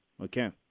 okay